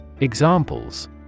Examples